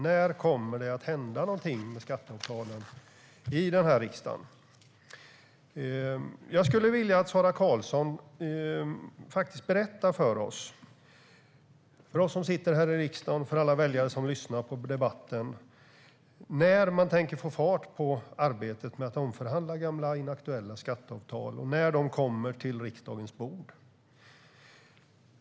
När kommer det att hända något med skatteavtalen i den här riksdagen? Jag skulle vilja att Sara Karlsson, för oss här i riksdagen och för alla väljare som lyssnar, berättar när man har tänkt få fart på arbetet med att omförhandla gamla inaktuella skatteavtal och när de kommer till riksdagen.